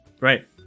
Right